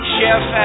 Chef